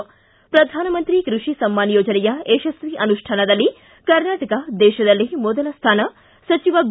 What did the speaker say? ಿ ಶ್ರಧಾನಮಂತ್ರಿ ಕೃಷಿ ಸಮ್ಮಾನ ಯೋಜನೆಯ ಯಶಸ್ವಿ ಅನುಷ್ಠಾನದಲ್ಲಿ ಕರ್ನಾಟಕ ದೇಶದಲ್ಲೇ ಮೊದಲ ಸ್ಥಾನ ಸಚಿವ ಬಿ